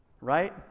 Right